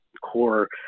core